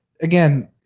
Again